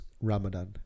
Ramadan